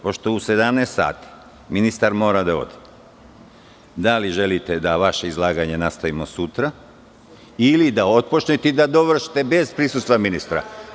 Pošto u 17,00 časova ministar mora da ode, da li želite da vaše izlaganje nastavimo sutra ili da otpočnete i da dovršite bez prisustva ministra?